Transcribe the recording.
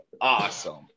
awesome